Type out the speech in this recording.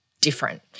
different